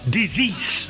disease